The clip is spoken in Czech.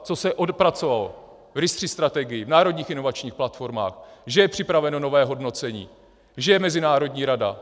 Co se odpracovalo v RIS3 strategii, v národních inovačních platformách, že je připraveno nové hodnocení, že je mezinárodní rada.